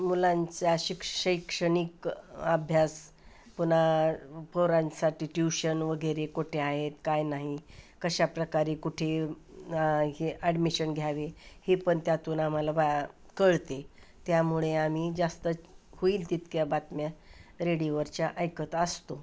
मुलांचा शिक् शैक्षणिक अभ्यास पुन्हा पोरांसाठी ट्यूशन वगैरे कुठे आहेत काय नाही कशा प्रकारे कुठे हे ॲडमिशण घ्यावी हे पण त्यातून आम्हाला बा कळते आहे त्यामुळे आम्ही जास्त होईल तितक्या बातम्या रेडिओवरच्या ऐकत असतो